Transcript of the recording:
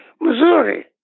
Missouri